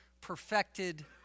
perfected